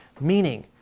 meaning